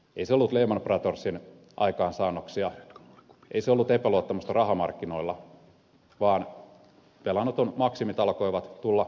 ei se ollut lehman brothersin aikaansaannoksia ei se ollut epäluottamusta rahamarkkinoilla vaan velanoton maksimit alkoivat tulla vastaan